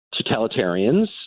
totalitarians